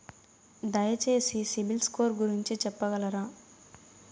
దయచేసి సిబిల్ స్కోర్ గురించి చెప్పగలరా?